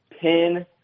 Pin